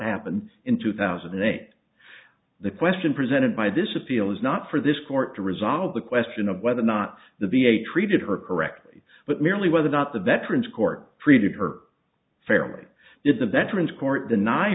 happened in two thousand and eight the question presented by this appeal is not for this court to resolve the question of whether or not the be a treated her correctly but merely whether or not the veterans court created her fairly if the veterans court den